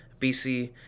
bc